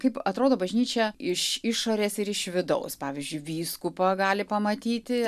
kaip atrodo bažnyčia iš išorės ir iš vidaus pavyzdžiui vyskupą gali pamatyti